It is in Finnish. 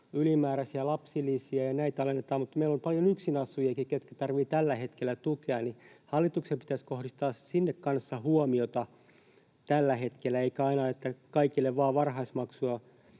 ylimääräisiä lapsilisiä ja näitä alennetaan, mutta meillä on paljon yksinasujiakin, ketkä tarvitsevat tällä hetkellä tukea, ja hallituksen pitäisi tällä hetkellä kohdistaa sinne kanssa huomiota eikä aina vaan, että kaikille varhaiskasvatusmaksuja